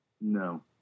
No